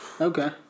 Okay